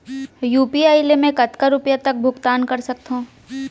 UPI ले मैं कतका रुपिया तक भुगतान कर सकथों